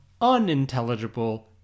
unintelligible